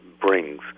brings